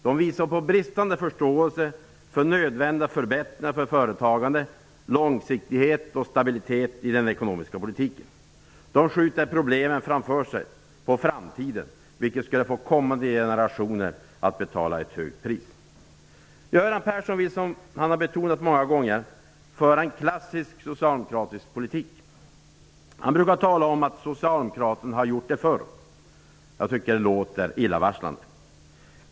De visar på bristande förståelse för nödvändiga förbättringar för företagande, långsiktighet och stabilitet i den ekonomiska politiken. Man skjuter problemen på framtiden, vilket innebär att kommande generationer skulle få betala ett högt pris. Göran Persson vill, som han betonat många gånger, föra en ''klassisk socialdemokratisk politik''. Han brukar tala om att ''Socialdemokraterna har gjort det förr''. Jag tycker att det låter illavarslande.